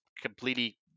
completely